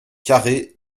carrées